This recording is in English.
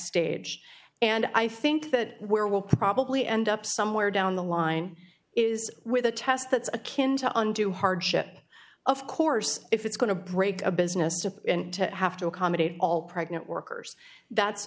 stage and i think that where we'll probably end up somewhere down the line is with a test that's akin to undue hardship of course if it's going to break a business to and have to accommodate all pregnant workers that's